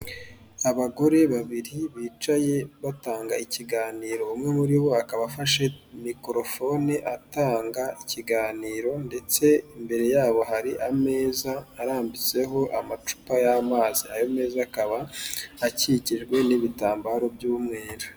Abagore babiri bicaye batanga ikiganiro, umwe muri bo akaba afashe mikorofone atanga ikiganiro, ndetse imbere yabo hari ameza arambitseho amacupa y'amazi ayo meza akaba akikijwe n'ibitambaro by'umweru.